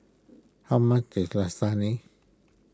how much is Lasagne